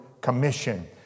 Commission